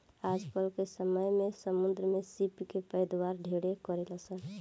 आजकल के समय में समुंद्र में सीप के पैदावार ढेरे करेलसन